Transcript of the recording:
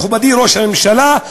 מכובדי ראש הממשלה,